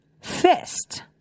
fist